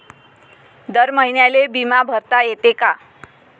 दर महिन्याले बिमा भरता येते का?